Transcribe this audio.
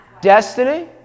Destiny